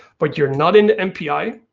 but you are not in the npi,